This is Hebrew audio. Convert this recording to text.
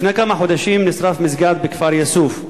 לפני כמה חודשים נשרף מסגד בכפר-יאסוף.